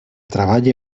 treballi